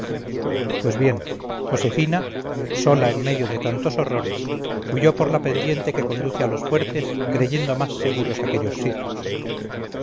pues bien josefina sola en medio de tantos horrores huyó por la pendiente que conduce a los fuertes creyendo más seguros aquellos sitios